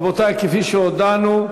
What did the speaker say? רבותי, כפי שהודענו,